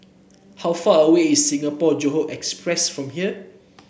how far away is Singapore Johore Express from here